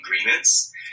Agreements